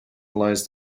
lies